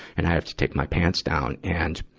and i had to take my pants down. and,